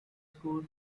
score